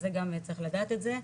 אז זה גם צריך לדעת את זה,